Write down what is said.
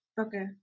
Okay